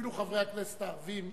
אפילו חברי הכנסת הערבים,